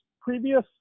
previous